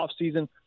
offseason